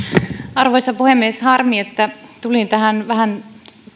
arvoisa puhemies harmi että tulin tähän vähän